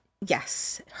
Yes